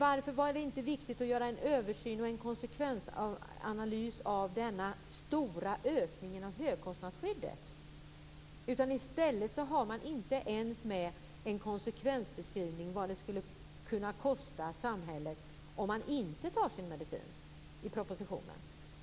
Varför var det inte viktigt att göra en översyn och en konsekvensanalys av den stora ökningen av högkostnadsskyddet? I stället har man inte ens med en konsekvensbeskrivning i propositionen av vad det skulle kosta samhället om människor inte tar sin medicin.